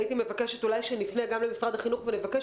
הייתי מבקשת שנפנה גם למשרד החינוך ונבקש